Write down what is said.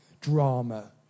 drama